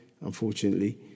unfortunately